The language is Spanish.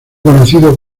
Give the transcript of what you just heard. conocido